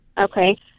okay